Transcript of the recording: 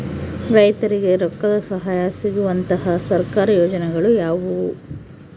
ರೈತರಿಗೆ ರೊಕ್ಕದ ಸಹಾಯ ಸಿಗುವಂತಹ ಸರ್ಕಾರಿ ಯೋಜನೆಗಳು ಯಾವುವು?